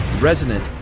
resonant